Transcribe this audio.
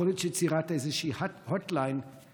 יכול להיות שיצירת איזשהו קו חם לאותם